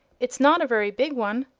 it's not a very big one.